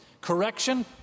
Correction